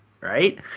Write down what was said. right